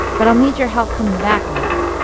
but i'll need your help coming back, maybe.